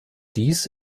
dies